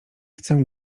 chcę